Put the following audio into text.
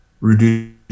reduce